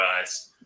eyes